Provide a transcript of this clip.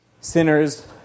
sinners